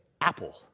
Apple